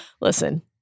Listen